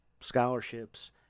scholarships